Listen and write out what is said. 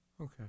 Okay